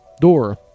door